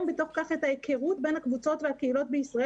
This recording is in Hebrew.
בתוך כך את ההיכרות בין הקבוצות והקהילות בישראל